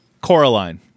Coraline